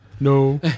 No